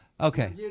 Okay